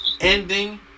ending